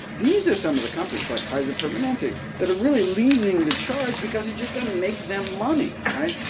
these are some of the companies, like kaiser permanente, that are really leading the charge because it's just going to make them money, right?